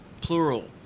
Plural